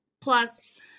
plus